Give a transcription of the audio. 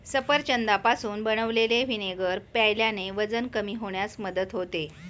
सफरचंदापासून बनवलेले व्हिनेगर प्यायल्याने वजन कमी होण्यास मदत होते